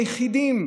היחידים,